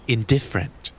Indifferent